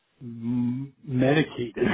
medicated